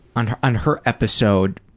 on her on her episode.